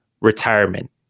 retirement